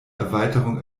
erweiterung